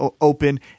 open